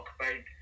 occupied